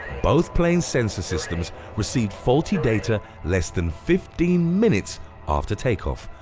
both planes' sensor systems received faulty data less than fifteen minutes after takeoff,